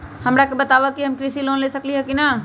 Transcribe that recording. हमरा के बताव कि हम कृषि लोन ले सकेली की न?